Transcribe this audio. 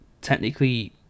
technically